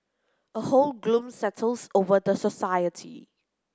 a whole gloom settles over the society